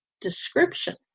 description